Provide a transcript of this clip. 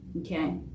Okay